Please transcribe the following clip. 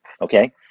Okay